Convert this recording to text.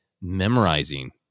memorizing